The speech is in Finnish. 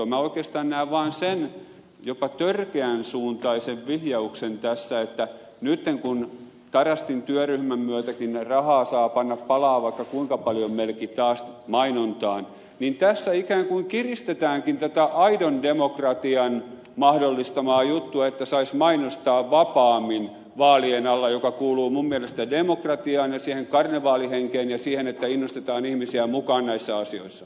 minä oikeastaan näen vaan sen jopa törkeän suuntaisen vihjauksen tässä että nyt kun tarastin työryhmän myötäkin rahaa saa panna palamaan melkein vaikka kuinka paljon mainontaan niin tässä ikään kuin kiristetäänkin tätä aidon demokratian mahdollistamaa juttua että saisi mainostaa vapaammin vaalien alla mikä kuuluu minun mielestäni demokratiaan ja siihen karnevaalihenkeen ja siihen että innostetaan ihmisiä mukaan näissä asioissa